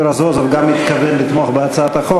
רזבוזוב גם התכוון לתמוך בהצעת החוק,